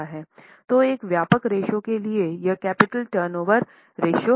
तो एक व्यापक रेश्यो के लिए यह कैपिटल टर्नओवर रेश्यो है